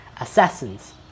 assassins